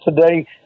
today